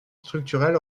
structurel